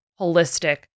holistic